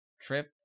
Trip